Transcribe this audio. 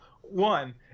one